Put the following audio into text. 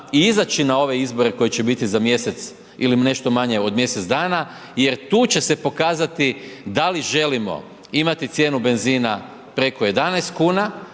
i izaći na ove izbore koji će biti za mjesec ili nešto manje od mjesec dana jer tu će se pokazati, da li želimo imati cijenu benzina preko 11 kn,